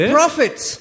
prophets